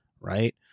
right